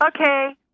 Okay